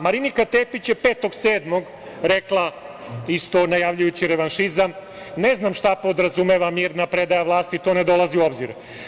Marinika Tepić je 05.07. rekla, isto najavljujući revanšizam: "Ne znam šta podrazumeva mirna predaja vlasti, to ne dolazi u obzir.